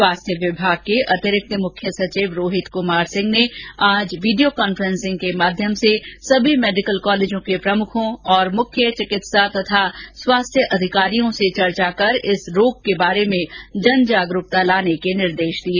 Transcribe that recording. स्वास्थ्य विभाग के अतिरिक्त मुख्य सचिव रोहित कुमार सिंह ने आज वीडियो कांफ्रेसिंग के माध्यम से सभी मेडिकल कॉलेजों के प्रमुखों तथा मुख्य चिकित्सा और स्वास्थ्य अधिकारियों से चर्चा कर इस रोग के बारे में जन जागरूकता लाने के निर्देश दिए